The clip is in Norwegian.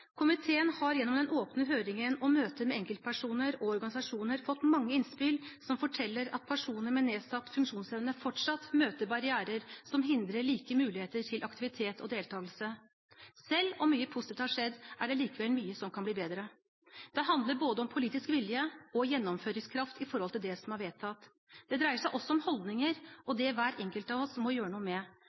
Komiteen har gjennom den åpne høringen og møter med enkeltpersoner og organisasjoner fått mange innspill som forteller at personer med nedsatt funksjonsevne fortsatt møter barrierer som hindrer like muligheter til aktivitet og deltakelse. Selv om mye positivt har skjedd, er det likevel mye som kan bli bedre. Det handler om både politisk vilje og gjennomføringskraft når det gjelder det som er vedtatt. Det dreier seg også om holdninger og det hver enkelt av oss må gjøre noe med,